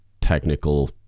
technical